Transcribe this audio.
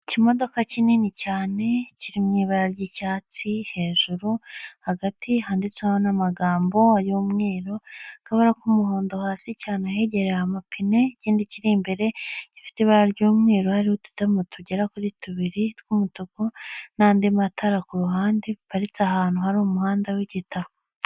Ikimodoka kinini cyane kiri mu ibara ry'icyatsi, hejuru hagati handitseho n'amagambo y'umweru akabura k'umuhondo hasi cyane ahegereye amapine, ikindi kiri imbere gifite ibara ry'umweru, hari utudomo tugera kuri tubiri tw'umutuku n'andi matara ku ruhande haparitse ahantu hari umuhanda w'igitaka.